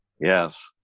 yes